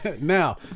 Now